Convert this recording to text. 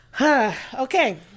Okay